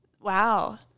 Wow